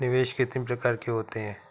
निवेश कितनी प्रकार के होते हैं?